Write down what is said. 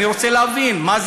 זאת אומרת, עד תשעה חודשים.